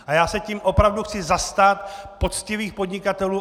A já se tím opravdu chci zastat poctivých podnikatelů.